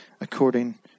according